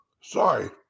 Sorry